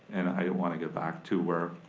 and i wanna give back to where,